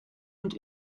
und